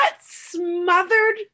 smothered